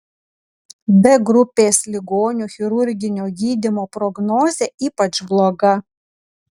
d grupės ligonių chirurginio gydymo prognozė ypač bloga